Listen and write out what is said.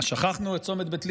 מה, שכחנו את צומת בית ליד?